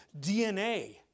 DNA